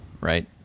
right